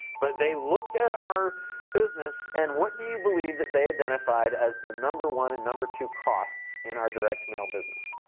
but, they looked at our business, and what do you believe that they identified as the number one and number two costs in our direct mail business?